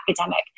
academic